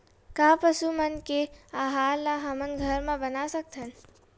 का पशु मन के आहार ला हमन घर मा बना सकथन?